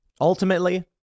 Ultimately